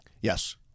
Yes